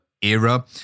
era